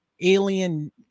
alien